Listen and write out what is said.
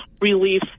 relief